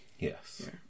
Yes